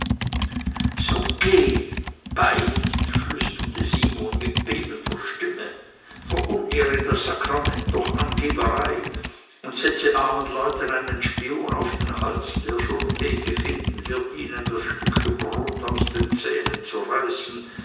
so geh beicht flüsterte simon mit bebender stimme verunehre das sakrament durch angeberei und setze armen leuten einen spion auf den hals der schon wege finden wird ihnen das stückchen brod aus den zähnen zu reißen